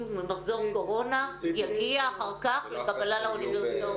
במחזור קורונה יגיעו אחר כך לקבלה לאוניברסיטאות.